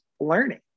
learning